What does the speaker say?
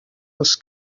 els